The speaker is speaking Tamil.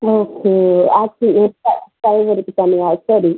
ஓகே அக்சி இப்போ டிரைவருக்கு தனியாக சரி